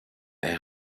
est